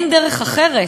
אין דרך אחרת,